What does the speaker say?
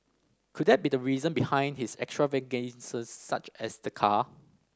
could that be the reason behind his extravagances such as the car